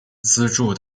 资助